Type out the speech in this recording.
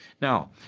Now